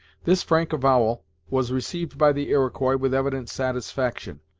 this frank avowal was received by the iroquois with evident satisfaction,